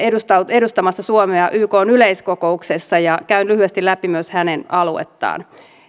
edustamassa suomea ykn yleiskokouksessa ja käyn lyhyesti läpi myös hänen aluettaan